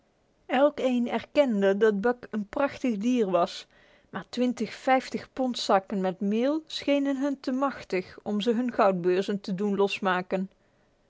elkeen erkende dat buck een prachtig dier was maar twintig vijftigponds zakken meel schenen hun te machtig om ze hun goudbeurzen te doen losmaken